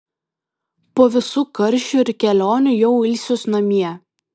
po visų karščių ir kelionių jau ilsiuos namie